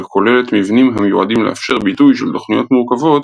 וכוללת מבנים המיועדים לאפשר ביטוי של תוכניות מורכבות